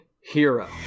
hero